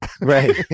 right